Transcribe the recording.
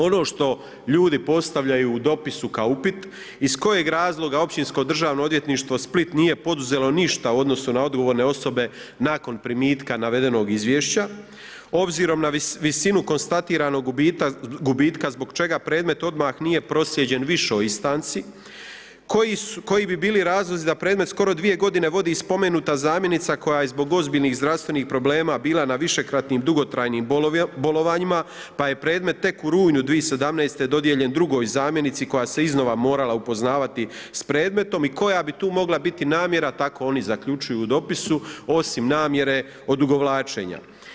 Ono što ljudi postavljaju u dopisu kao upit, iz kojeg razloga Općinsko državno odvjetništvo Split nije poduzelo ništa u odnosu na odgovorne osobe nakon primitka navedenog izvješća, obzirom na visinu konstatiranog gubitka zbog čega predmet odmah nije proslijeđen višoj instanci, koji bi bili razlozi da predmet skoro dvije godine vodi spomenuta zamjenica koja je zbog ozbiljnih zdravstvenih problema bila na višekratnim dugotrajnim bolovanjima pa je predmet tek u rujnu 2017. dodijeljen drugoj zamjenici koja se iznova morala upoznavati s predmetom i koja bi tu mogla biti namjera, tako oni zaključuju u dopisu osim namjere odugovlačenja.